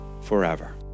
forever